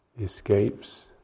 escapes